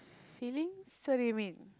feelings so do you mean